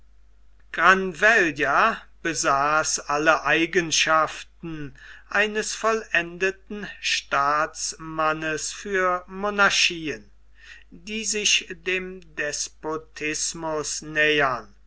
granvella besaß alle eigenschaften eines vollendeten staatsmannes für monarchien die sich dem despotismus nähern